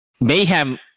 Mayhem